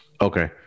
Okay